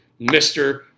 Mr